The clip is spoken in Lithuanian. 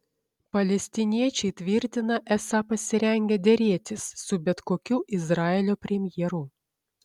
palestiniečiai tvirtina esą pasirengę derėtis su bet kokiu izraelio premjeru